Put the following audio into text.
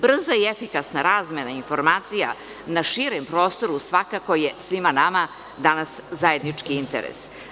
Brza i efikasna razmena informacija na širem prostoru svakako je svima nama danas zajednički interes.